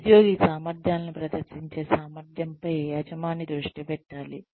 ఉద్యోగి సామర్థ్యాలను ప్రదర్శించే సామర్థ్యంపై యజమాని దృష్టి పెట్టాలి